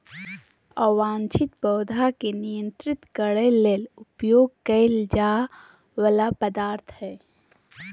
अवांछित पौधा के नियंत्रित करे ले उपयोग कइल जा वला पदार्थ हइ